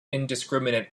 indiscriminate